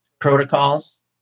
protocols